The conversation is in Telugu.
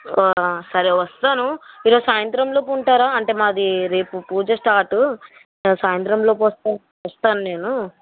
సరే వస్తాను ఈరోజు సాయంత్రం లోపు ఉంటారా అంటే మాది రేపు పూజ స్టార్టు రేపు సాయంత్రం లోపు వస్తా వస్తాను నేను